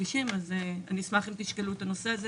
אני אשמח אם תשקלו את הנושא הזה.